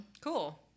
Cool